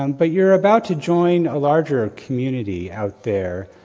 um but you're about to join a larger community out there,